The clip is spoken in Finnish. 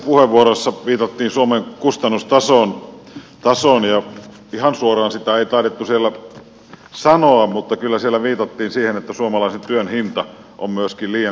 edellisissä puheenvuoroissa viitattiin suomen kustannustasoon ja ihan suoraan sitä ei taidettu siellä sanoa mutta kyllä siellä viitattiin siihen että suomalaisen työn hinta on myöskin liian kallis